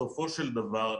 בסופו של דבר,